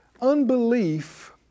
Unbelief